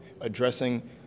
addressing